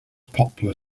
poplar